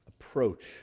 approach